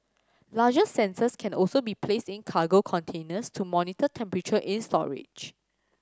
larger sensors can also be placed in cargo containers to monitor temperature in storage